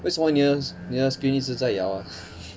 为什么你的你的 screen 一直在摇啊